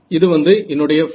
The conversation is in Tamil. இது வந்து என்னுடைய ϕ